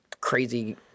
crazy